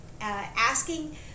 asking